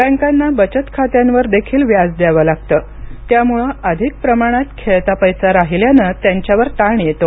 बँकांना बचत खात्यांवर देखील व्याज द्यावे लागते त्यामुळे अधिक प्रमाणात खेळता पैसा राहिल्याने त्यांच्यावर ताण येतो